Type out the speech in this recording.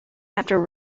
after